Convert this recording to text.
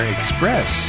Express